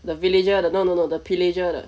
the villager 的 no no no the pillager 的